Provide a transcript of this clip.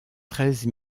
treize